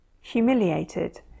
humiliated